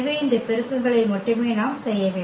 எனவே இந்த பெருக்கங்களை மட்டுமே நாம் செய்ய வேண்டும்